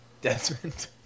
Desmond